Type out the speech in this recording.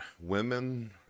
women